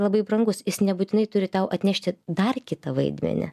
labai brangus jis nebūtinai turi tau atnešti dar kitą vaidmenį